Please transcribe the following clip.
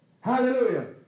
Hallelujah